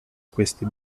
questi